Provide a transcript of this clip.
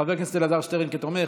חבר הכנסת אלעזר שטרן כתומך,